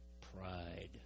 pride